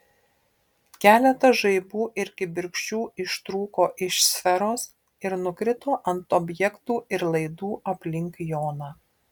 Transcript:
keletas žaibų ir kibirkščių ištrūko iš sferos ir nukrito ant objektų ir laidų aplink joną